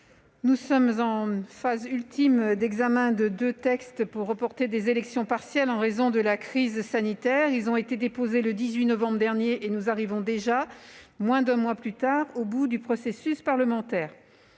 nous sommes en phase ultime d'examen de deux textes prévoyant le report d'élections partielles en raison de la crise sanitaire. Alors que ces deux textes ont été déposés le 18 novembre dernier, nous arrivons déjà, moins d'un mois plus tard, au bout du processus parlementaire.